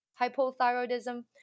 hypothyroidism